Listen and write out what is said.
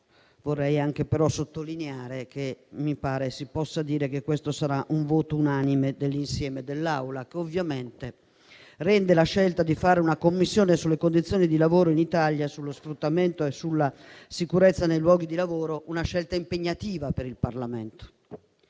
vorrei anche sottolineare che mi pare si possa dire che questo sarà un voto unanime dell'intera Assemblea; il che rende quella di istituire una Commissione di inchiesta sulle condizioni di lavoro in Italia, sullo sfruttamento e sulla sicurezza nei luoghi di lavoro una scelta impegnativa per il Parlamento;